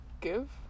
give